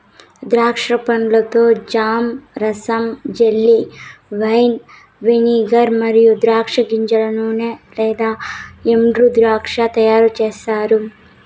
ద్రాక్ష పండ్లతో జామ్, రసం, జెల్లీ, వైన్, వెనిగర్ మరియు ద్రాక్ష గింజల నూనె లేదా ఎండుద్రాక్ష తయారుచేస్తారు